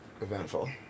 Eventful